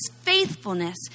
faithfulness